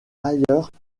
ailleurs